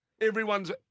Everyone's